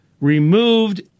Removed